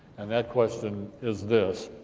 and that question is this,